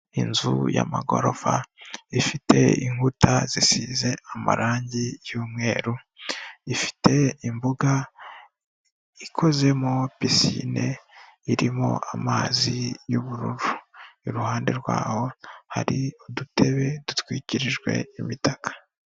Inzu y'amagorofa, ifite inkuta zisize amarangi y'umweru, ifite imbuga ikozemo pisine, irimo amazi y'ubururu, iruhande rwaho, hari udutebe dutwikirijwe imitaka.